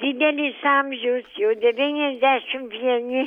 didelis amžius jau devyniasdešim vieni